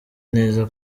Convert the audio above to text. neza